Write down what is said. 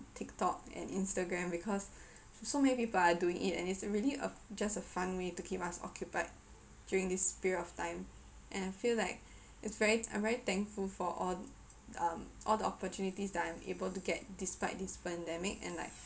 tiktok and instagram because so many people are doing it and its really a just a fun way to keep us occupied during this period of time and I feel like it's very I'm very thankful for all um all the opportunities that I'm able to get despite this pandemic and like